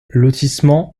lotissement